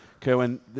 Kerwin